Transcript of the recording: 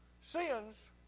sins